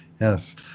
Yes